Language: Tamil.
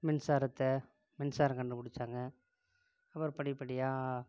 மின்சாரத்தை மின்சாரம் கண்டுப்பிடிச்சாங்க அப்பறம் படிப்படியா